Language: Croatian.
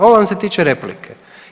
Ovo vam se tiče replike.